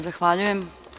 Zahvaljujem.